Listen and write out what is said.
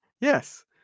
Yes